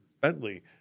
Bentley